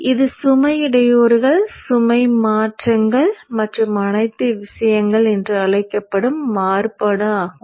இது சுமை இடையூறுகள் சுமை மாற்றங்கள் மற்றும் அனைத்து விஷயங்கள் என்று அழைக்கப்படும் மாறுபாடு ஆகும்